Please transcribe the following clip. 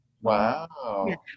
Wow